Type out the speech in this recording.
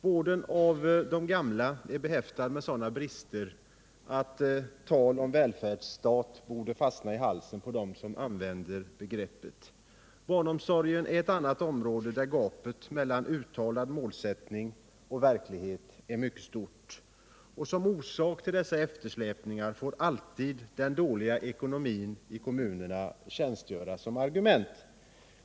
Vården av de gamla är behäftad med sådana brister att talet om en välfärdsstat borde fastna i halsen på dem som använder begreppet. Barnomsorgen är ett annat område där gapet mellan uttalad målsättning och verklighet är stort, och som orsak till eftersläpningen får alltid kommunernas dåliga ekonomi tjänstgöra.